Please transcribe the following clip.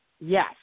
Yes